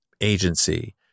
agency